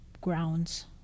grounds